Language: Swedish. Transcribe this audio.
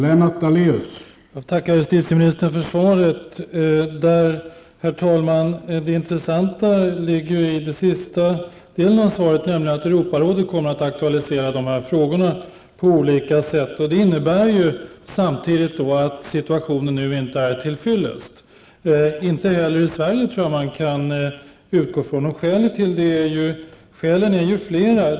Herr talman! Jag tackar justitieministern för svaret. Det intressanta står i den sista delen av svaret, nämligen att Europarådet kommer att aktualisera dessa frågor på olika sätt. Det innebär samtidigt att den nuvarande situationen inte är till fyllest, och jag tror man kan utgå från att den inte heller är det i Sverige. Skälen till detta är flera.